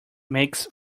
makes